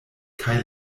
kaj